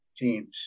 teams